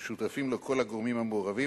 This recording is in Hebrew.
ששותפים לו כל הגורמים המעורבים,